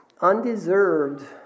undeserved